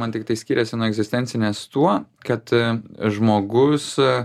man tiktai skiriasi nuo egzistencinės tuo kad žmogus